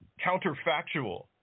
counterfactual